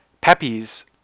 Pepe's